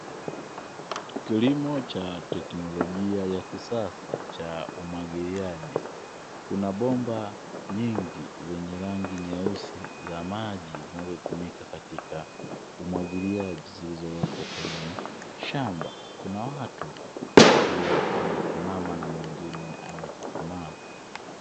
Kilimo cha teknolojia ya kisasa cha umwagiliaji. Katika shamba hili kuna mabomba ya rangi nyeusi za maji zinazo tumika katika umwagiliaji zilowekwa kwenye shamba hili linalo simamiwa na watu wawili.